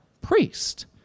priest